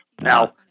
Now